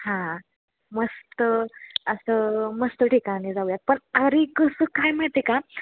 हां मस्त असं मस्त ठिकाणी जाऊयात पण अरे कसं काय माहिती आहे का